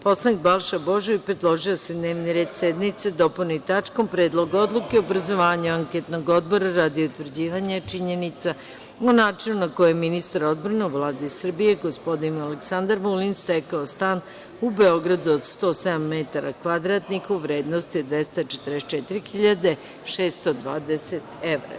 Poslanik Balša Božović, predložio je da se dnevni red sednice dopuni tačkom - Predlog odluke o obrazovanju anketnog odbora radi utvrđivanja činjenica o načinu koji je ministar odbrane Vlade Srbije, gospodin Aleksandar Vulin, stekao stan u Beogradu od 107 kvadrata u vrednosti od 244 hiljade 620 evra.